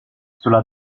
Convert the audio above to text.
sulla